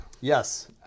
Yes